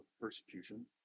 persecution